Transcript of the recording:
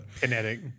Kinetic